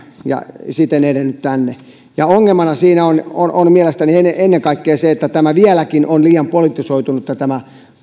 ja siten edennyt tänne ongelma siinä on on mielestäni ennen ennen kaikkea se että vieläkin on liian politisoitunutta tämä